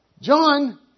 John